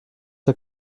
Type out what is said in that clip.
der